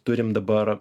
turim dabar